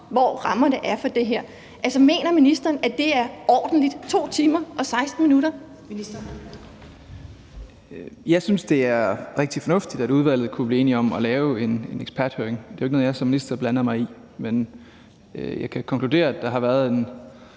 Kl. 11:18 Indenrigs- og boligministeren (Christian Rabjerg Madsen): Jeg synes, det er rigtig fornuftigt, at udvalget kunne blive enige om at lave en eksperthøring. Det er jo ikke noget, jeg som minister blander mig i, men jeg kan konkludere, at der har været en